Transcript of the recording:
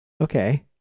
Okay